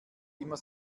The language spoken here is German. immer